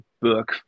book